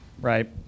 right